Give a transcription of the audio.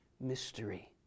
mystery